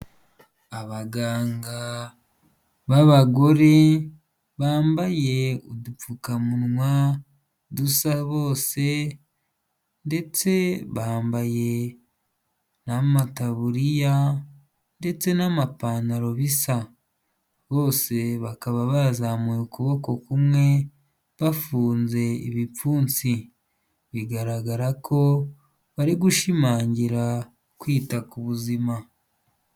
Abaganga b’abagore bambaye udupfukamunwa dusa bose, ndetse bambaye n'amataburiya ndetse n'amapantaro bisa, bose bakaba bazamuye ukuboko kumwe bafunze ibipfunsi, bigaragara ko bari gushimangira kwita ku buzima.